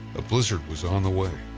a blizzard was on the way.